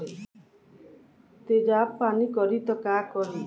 तेजाब पान करी त का करी?